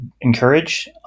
encourage